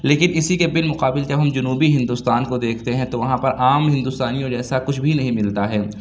لیکن اسی کے بالمقابل جب ہم جنوبی ہندوستان کو دیکھتے ہیں تو وہاں پر عام ہندوستانیوں جیسا کچھ بھی نہیں ملتا ہے